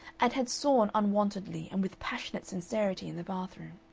and had sworn unwontedly and with passionate sincerity in the bathroom.